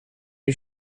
you